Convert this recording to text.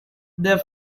their